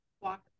walk